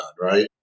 right